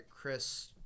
Chris